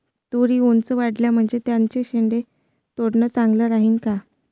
तुरी ऊंच वाढल्या म्हनजे त्याचे शेंडे तोडनं चांगलं राहीन का?